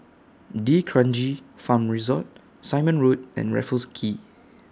D'Kranji Farm Resort Simon Road and Raffles Quay